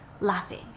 laughing